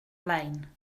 lein